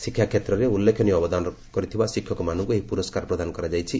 ଶିକ୍ଷାକ୍ଷେତ୍ରରେ ଉଲ୍ଲେଖନୀୟ ଅବଦାନ କରିଥିବା ଶିକ୍ଷକମାନଙ୍କ ଏହି ପ୍ରରସ୍କାର ପ୍ରଦାନ କରାଯାଇଛି